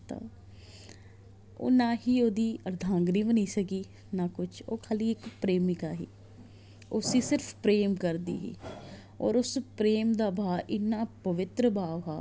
ओह् ना ही ओह्दी अर्धांगिनी बनी सकी ना कुछ ओह् खा'ल्ली इक प्रेमिका ही उसी सिर्फ प्रेम करदी ही होर उस प्रेम दा भाव इ'न्ना पवित्तर भाव हा